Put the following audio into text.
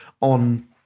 on